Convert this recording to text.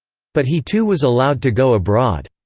but he too was allowed to go abroad!